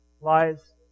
lies